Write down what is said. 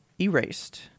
erased